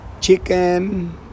chicken